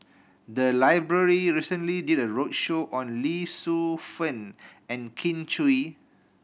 the library recently did a roadshow on Lee Shu Fen and Kin Chui